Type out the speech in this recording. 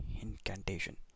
incantation